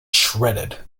shredded